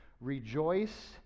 rejoice